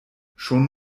schon